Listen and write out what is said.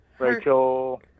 Rachel